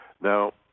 now